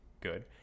Good